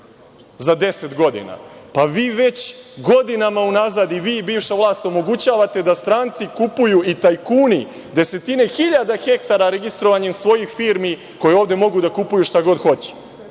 za 10 godina? Vi već godinama u nazad, i vi i bivša vlast, omogućavate da stranci i tajkuni kupuju desetine hiljada hektara registrovanjem svojih firmi koje ovde mogu da kupuju šta god hoće.